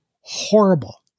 horrible